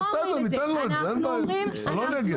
בסדר, ניתן לו את זה, אין בעיה, אני לא נגד.